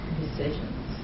decisions